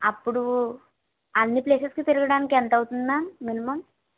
అప్పుడు అన్ని ప్లేసెస్కి తిరగడానికి ఎంత అవుతుంది మ్యామ్ మినిమమ్